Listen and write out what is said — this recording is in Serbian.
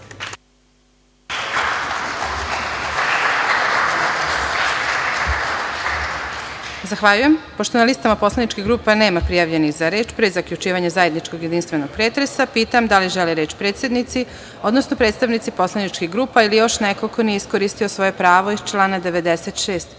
Zahvaljujem. Pošto na listama poslaničkih grupa nema prijavljenih za reč, pre zaključivanja zajedničkog načelnog jedinstvenog pretresa, pitam da li žele reč predsednici, odnosno predstavnici poslaničkih grupa ili još neko ko nije iskoristio svoje pravo iz člana 96. Poslovnika?